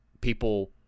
people